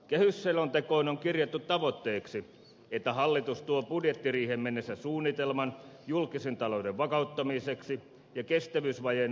kehysselontekoon on kirjattu tavoitteeksi että hallitus tuo budjettiriiheen mennessä suunnitelman julkisen talouden vakauttamiseksi ja kestävyysvajeen umpeen kuromiseksi